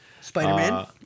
Spider-Man